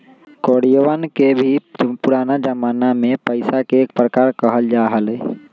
कौडियवन के भी पुराना जमाना में पैसा के एक प्रकार कहल जा हलय